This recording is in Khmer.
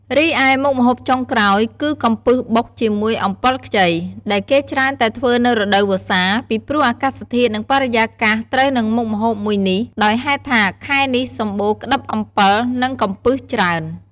រីឯមុខម្ហូបចុងក្រោយគឺកំពឹសបុកជាមួយអំពិលខ្ចី ដែលគេច្រើនតែធ្វើនៅរដូវស្សាពីព្រោះអាកាសធាតុ និងបរិយាកាសត្រូវនឹងមុខម្ហូបមួយនេះ ដោយហេតុថាខែនេះសំបូរក្តិបអំពិល និងកំពឹសច្រើន។